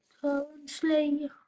currently